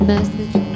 Message